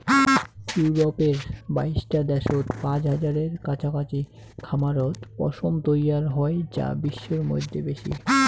ইউরপের বাইশটা দ্যাশত পাঁচ হাজারের কাছাকাছি খামারত পশম তৈয়ার হই যা বিশ্বর মইধ্যে বেশি